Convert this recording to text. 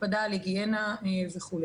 הקפדה על היגיינה וכו'.